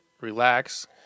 relax